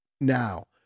now